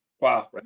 Wow